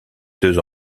deux